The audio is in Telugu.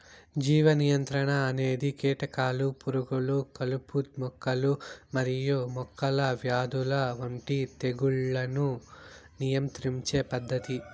జీవ నియంత్రణ అనేది కీటకాలు, పురుగులు, కలుపు మొక్కలు మరియు మొక్కల వ్యాధుల వంటి తెగుళ్లను నియంత్రించే పద్ధతి